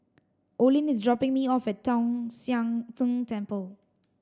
Olene is dropping me off Tong Sian Tng Temple